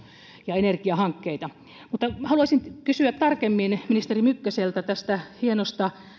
ja energiahankkeita mutta haluaisin kysyä tarkemmin ministeri mykkäseltä tästä hienosta